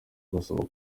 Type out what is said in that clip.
basaba